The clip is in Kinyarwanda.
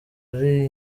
ari